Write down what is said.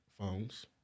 phones